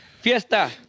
fiesta